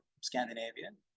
scandinavian